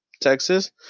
Texas